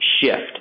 shift